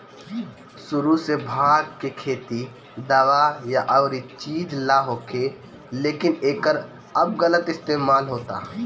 सुरु से भाँग के खेती दावा या अउरी चीज ला होखे, लेकिन एकर अब गलत इस्तेमाल होता